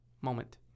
moment